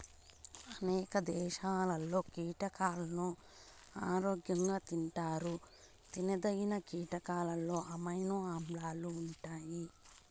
అనేక దేశాలలో కీటకాలను ఆహారంగా తింటారు తినదగిన కీటకాలలో అమైనో ఆమ్లాలు ఉంటాయి